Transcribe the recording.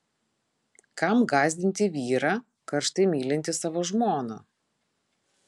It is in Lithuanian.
kam gąsdinti vyrą karštai mylintį savo žmoną